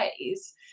ways